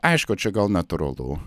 aišku čia gal natūralu